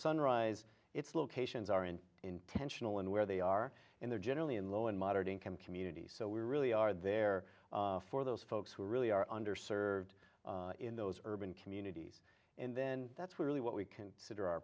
sunrise it's locations are in intentional and where they are and they're generally in low and moderate income communities so we really are there for those folks who really are under served in those urban communities and then that's really what we consider our